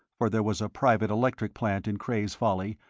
for there was a private electric plant in cray's folly,